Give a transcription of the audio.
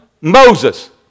Moses